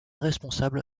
responsable